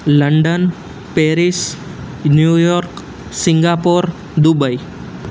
London Paris New York Singapore Dubai